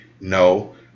No